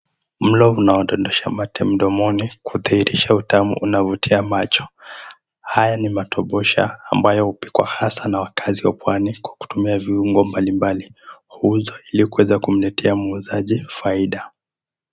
Mlo unaodondosha mate mdomoni kudhihirisha utamu unavutia macho. Haya ni matobosha ambayo hupikwa hasa na wakazi wa pwani kwa kutumia viungo mbali mbali. Huuzwa ili kuweza kumletea muuzaji faida.